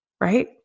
Right